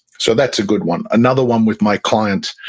so that's a good one another one with my clients,